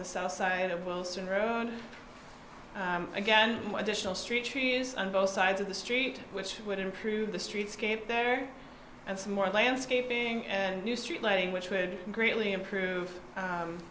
the south side of wilson road again additional streets on both sides of the street which would improve the streetscape there and some more landscaping and new street lighting which would greatly improve